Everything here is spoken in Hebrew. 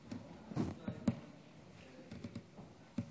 שמשפחתי נכנסת, כן,